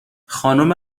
خانم